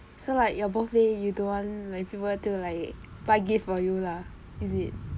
so like your birthday you don't want like people to like buy gift for you lah is it